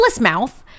mouth